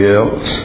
else